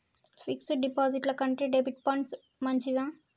Fix డ్ డిపాజిట్ల కంటే డెబిట్ ఫండ్స్ మంచివా?